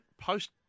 Post